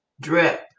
drip